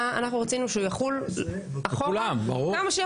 אנחנו רצינו שהוא יחול אחורה כמה שיכולנו.